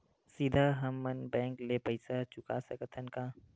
सीधा हम मन बैंक ले पईसा चुका सकत हन का?